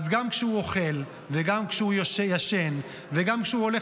אז גם כשהוא אוכל וגם כשהוא ישן וגם כשהוא הולך